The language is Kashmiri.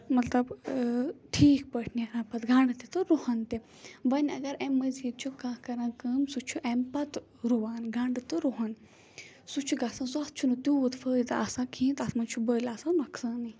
مطلب ٹھیٖک پٲٹھۍ نیران پَتہٕ گَنڈٕ تہِ تہٕ رُہَن تہِ وَنہِ اَگر اَمہِ مٔزیٖد چھُ کانٛہہ کران کٲم سُہ چھُ اَمہِ پَتہٕ رُوان گَنٛڈٕ تہٕ رُہَن سُہ چھُ گژھان سۄ چھُنہٕ تیوٗت فٲیدٕ آسان کِہیٖنۍ تَتھ منٛز چھُ بٔلۍ آسان نۄقصانٕے